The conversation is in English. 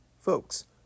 folks